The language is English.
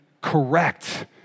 correct